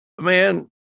man